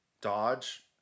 dodge